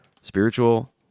spiritual